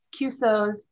CUSOs